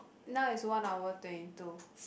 now is one hour twenty two